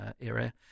area